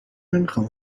نمیخام